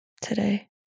today